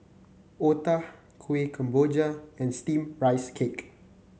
otah Kuih Kemboja and steamed Rice Cake